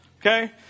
Okay